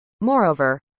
moreover